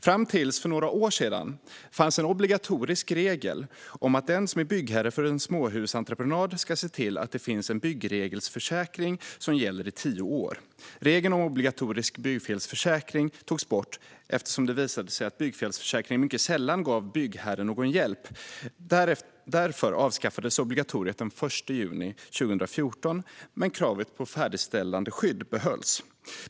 Fram till för några år sedan fanns en obligatorisk regel om att den som är byggherre för en småhusentreprenad ska se till att det finns en byggfelsförsäkring som gäller i tio år. Regeln om obligatorisk byggfelsförsäkring togs bort, eftersom det visade sig att byggfelsförsäkringen mycket sällan gav byggherren någon hjälp. Därför avskaffades obligatoriet den 1 juni 2014, men kravet på färdigställandeskydd behölls.